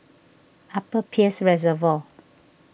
Upper Peirce Reservoir